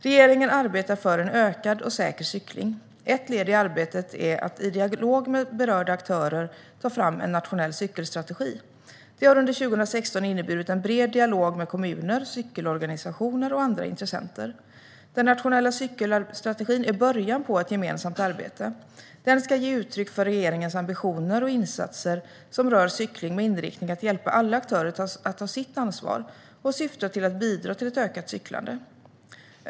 Regeringen arbetar för en ökad och säker cykling. Ett led i arbetet är att, i dialog med berörda aktörer, ta fram en nationell cykelstrategi. Det har under 2016 inneburit en bred dialog med kommuner, cykelorganisationer och andra intressenter. Den nationella cykelstrategin är början på ett gemensamt arbete. Den ska ge uttryck för regeringens ambitioner och insatser som rör cykling. Den ska ha inriktningen att hjälpa alla aktörer att ta sitt ansvar och syftar till att bidra till ett ökat cyklande.